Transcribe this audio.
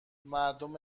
مردم